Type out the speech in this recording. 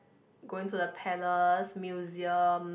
going to the Palace Museum